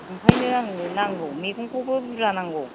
ओंखायनो आंनो नांगौ मैगंखौबो बुरजा नांगौ